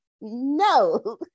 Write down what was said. no